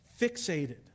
fixated